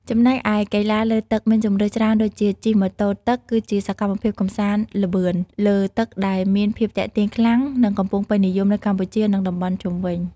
ចំណែកឯកីឡាលើទឹកមានជម្រើសច្រើនដូចជា ជិះម៉ូតូទឹកគឺជាសកម្មភាពកម្សាន្តល្បឿនលើទឹកដែលមានភាពទាក់ទាញខ្លាំង និងកំពុងពេញនិយមនៅកម្ពុជា និង តំបន់ជុំវិញ។